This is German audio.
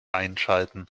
einschalten